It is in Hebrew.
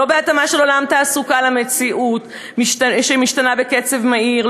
לא בהתאמה של עולם תעסוקה למציאות שמשתנה בקצב מהיר,